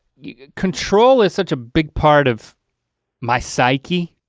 you know control is such a big part of my psychy,